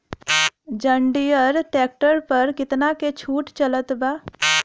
जंडियर tractor पर कितना के छूट चलत बा?